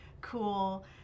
cool